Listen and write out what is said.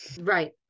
right